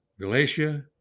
Galatia